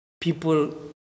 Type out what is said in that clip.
people